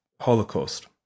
Holocaust